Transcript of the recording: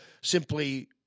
simply